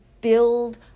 build